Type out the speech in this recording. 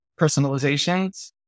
personalizations